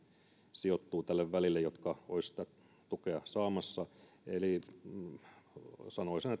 sijoittuu tälle välille jotka olisivat tukea saamassa eli sanoisin